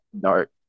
dark